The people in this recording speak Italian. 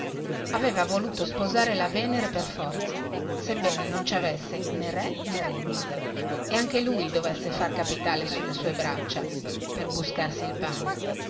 aveva voluto sposare la venera per forza sebbene non ci avesse nè re nè regno e anche lui dovesse far capitale sulle sue braccia per buscarsi il pane